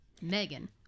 megan